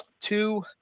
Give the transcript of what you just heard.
two